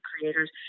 creators